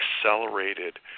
accelerated